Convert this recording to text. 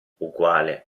uguale